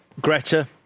greta